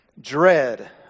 dread